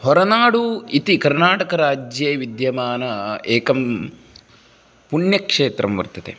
होरनाडुः इति कर्नाटकराज्ये विद्यमानम् एकं पुण्यक्षेत्रं वर्तते